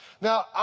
Now